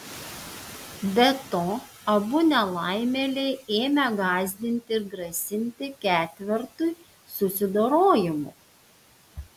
be to abu nelaimėliai ėmę gąsdinti ir grasinti ketvertui susidorojimu